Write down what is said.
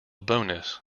bonus